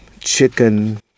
chicken